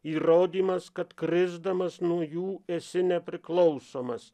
įrodymas kad krisdamas nuo jų esi nepriklausomas